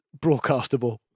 broadcastable